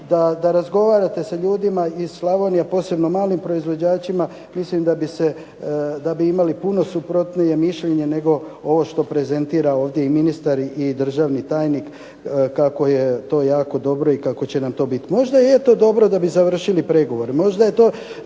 Da razgovarate s ljudima iz Slavonije pogotovo s malim proizvođačima da bi imali puno suprotnije mišljenje nego ovo što prezentira ovdje ministar i državni tajnik kako je to jako dobro i kako će nam to biti. Možda je to dobro kako bi završili pregovore, možda je to